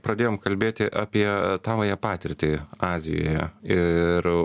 pradėjom kalbėti apie tavąją patirtį azijoje ir